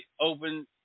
open